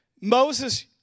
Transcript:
Moses